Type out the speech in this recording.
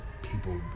People